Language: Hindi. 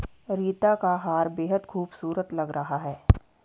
रीता का हार बेहद खूबसूरत लग रहा है